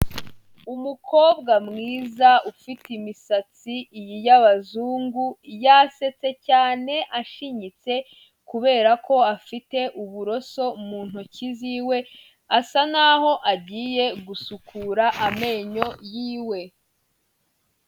Umukobwa mwiza ufite imisatsi y'abazungu, yasetse cyane ashinyitse kubera ko afite uburoso mu ntoki ziwe, asa n'aho agiye gusukura amenyo yiwe.